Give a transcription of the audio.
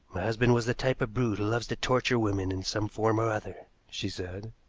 husband was the type of brute who loves to torture women in some form or other, she said.